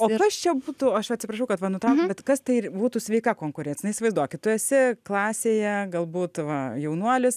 o kas čia būtų aš atsiprašau kad va nutraukiu bet kas tai būtų sveika konkurencija na įsivaizduokit tu esi klasėje galbūt va jaunuolis